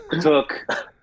took